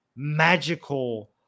magical